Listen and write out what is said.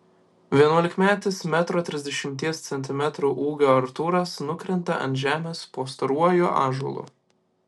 vienuolikmetis metro trisdešimties centimetrų ūgio artūras nukrenta ant žemės po storuoju ąžuolu